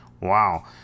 Wow